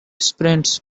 sprints